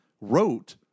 wrote